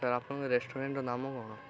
sir ଆପଣଙ୍କ ରେଷ୍ଟୁରାଣ୍ଟର ନାମ କ'ଣ